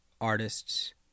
Artists